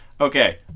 Okay